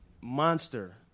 monster